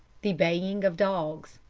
the baying of dogs!